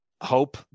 hope